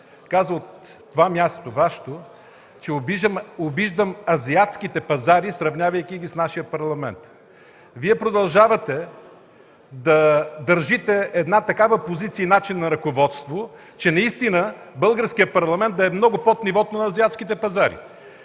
каза от това място – Вашето, че обиждам азиатските пазари, сравнявайки ги с нашия Парламент. Вие продължавате да държите позиция и начин на ръководство, че наистина Българският парламент да е много под нивото на азиатските пазари.